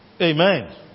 Amen